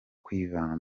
kwivana